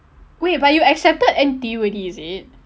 wait but you accepted N_T_U already is it